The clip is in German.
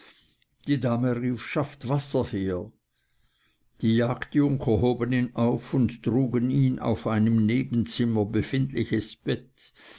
die dame rief schafft wasser her die jagdjunker hoben ihn auf und trugen ihn auf ein im nebenzimmer befindliches bett